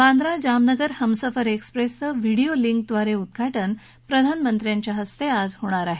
बांद्रा जामनगर हमसफर एक्सप्रसेचं video link द्वारे उद्घाटन प्रधानमंत्र्यांच्या हस्ते आज होणार आहे